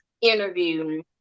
interview